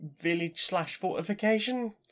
village-slash-fortification